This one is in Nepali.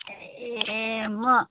ए म